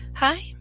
Hi